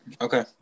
Okay